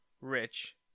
Rich